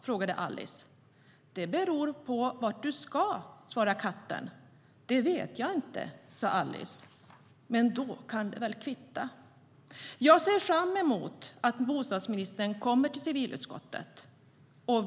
frågade Alice.- Det vet jag inte, sa Alice.Jag ser fram emot att bostadsministern kommer till civilutskottet.